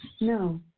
No